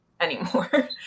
anymore